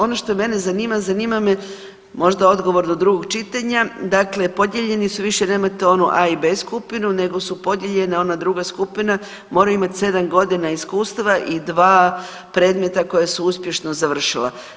Ono što mene zanima, zanima me možda odgovor do drugog čitanja, dakle podijeljeni su, više nemate onu a i b skupinu nego su podijeljene, ona druga skupina, moraju imati 7 godina iskustva i 2 predmeta koja su uspješno završila.